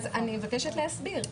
אני מבקשת להסביר.